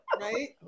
right